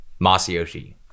Masayoshi